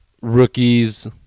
rookies